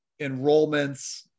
enrollments